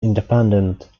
independent